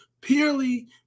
Purely